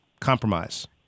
compromise